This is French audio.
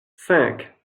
cinq